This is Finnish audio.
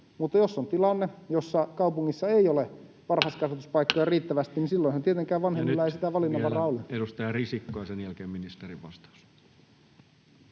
Mutta jos on tilanne, jossa kaupungissa ei ole varhaiskasvatuspaikkoja riittävästi, silloinhan tietenkään vanhemmilla ei sitä valinnanvaraa ole. Ja nyt vielä edustaja Risikko, ja sen jälkeen ministerin vastaus.